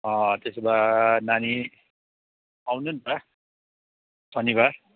त्यसो भए नानी आउनु नि त शनिवार